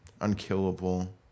Unkillable